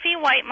white